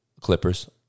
Clippers